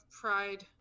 pride